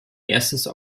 erstes